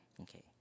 Okay